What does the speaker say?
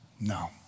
no